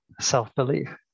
self-belief